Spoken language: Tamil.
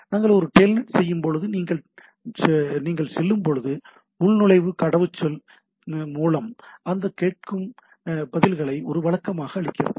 நாங்கள் ஒரு டெல்நெட் செய்யும்போது நீங்கள் செல்லும்போது உள்நுழைவு கடவுச்சொல் மூலம் அது கேட்கும் பதில்களை இது வழக்கமாக அளிக்கிறது